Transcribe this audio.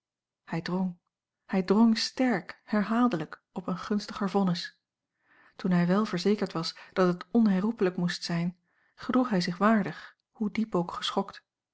hij drong sterk herhaaldelijk op een gunstiger vonnis toen hij wèl verzekerd was dat het onherroepelijk moest zijn gedroeg hij zich waardig hoe diep ook geschokt